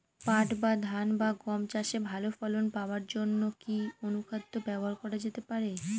পাট বা ধান বা গম চাষে ভালো ফলন পাবার জন কি অনুখাদ্য ব্যবহার করা যেতে পারে?